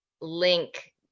link